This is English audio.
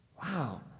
Wow